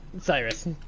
Cyrus